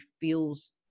feels